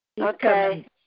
Okay